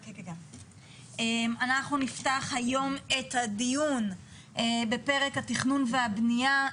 אנחנו נפתח היום את הדיון בפרק התכנון והבנייה,